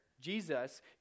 jesus